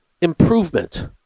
improvement